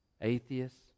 Atheists